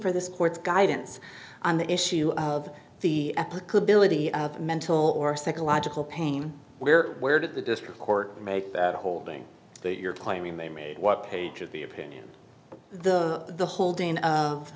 for the sport's guidance on the issue of the applicability of mental or psychological pain where where did the district court make that holding that you're claiming they made what page of the opinion the the holding of